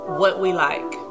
whatwelike